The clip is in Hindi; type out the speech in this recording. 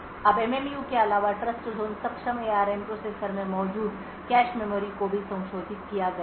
अब MMU के अलावा Trustzone सक्षम ARM प्रोसेसर में मौजूद कैश मेमोरी को भी संशोधित किया गया है